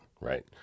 right